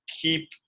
keep